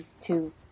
two